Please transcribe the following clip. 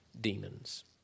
demons